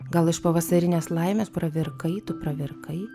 gal iš pavasarinės laimės pravirkai tu pravirkai